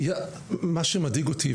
מה שמדאיג אותי,